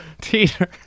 Teeter